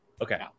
okay